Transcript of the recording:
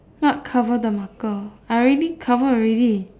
what cover the marker I already cover already